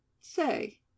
Say